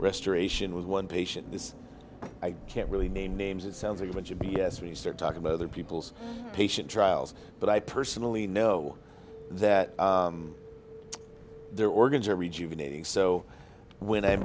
restoration was one patient this i can't really name names it sounds like a bunch of b s when you start talking about other people's patient trials but i personally know that their organs are rejuvenating so when